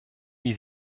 wie